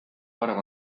parem